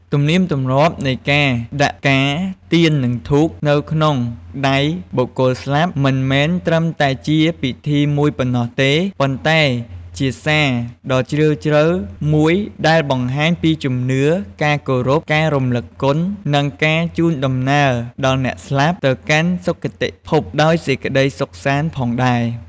ទំនៀមទម្លាប់នៃការដាក់ផ្កា ទៀន និងធូបនៅក្នុងដៃបុគ្គលស្លាប់ មិនមែនត្រឹមតែជាពិធីមួយប៉ុណ្ណោះទេ ប៉ុន្តែជាសារដ៏ជ្រាលជ្រៅមួយដែលបង្ហាញពីជំនឿ ការគោរព ការរំលឹកគុណ និងការជូនដំណើរដល់អ្នកស្លាប់ ទៅកាន់សុគតិភពដោយសេចក្តីសុខសាន្តផងដែរ។